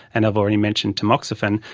and i've already mentioned tamoxifen.